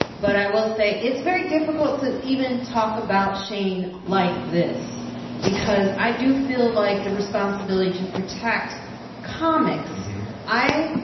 but i will say it's very difficult to even talk about shane like this because i do feel like the responsibility to protect comics i.